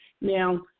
Now